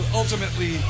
ultimately